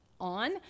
on